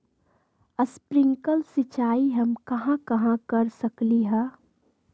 Sprinkle सिंचाई हम कहाँ कहाँ कर सकली ह?